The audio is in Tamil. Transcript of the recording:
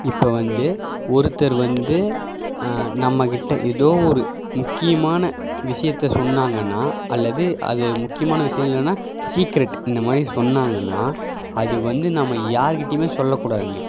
இப்போ வந்து ஒருத்தர் வந்து நம்மக்கிட்டே ஏதோ ஒரு முக்கியமான விஷியத்த சொன்னாங்கன்னால் அல்லது அது முக்கியமான விஷியம் இல்லைன்னா சீக்கிரேட் இந்த மாதிரி சொன்னாங்கன்னால் அது வந்து நம்ம யாருக்கிட்டேயுமே சொல்லக்கூடாதுங்க